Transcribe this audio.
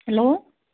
hello